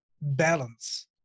balance